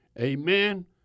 Amen